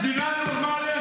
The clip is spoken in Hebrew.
במדינה נורמלית,